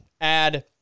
add